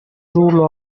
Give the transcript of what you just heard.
rule